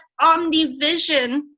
omnivision